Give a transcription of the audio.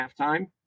halftime